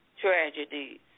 tragedies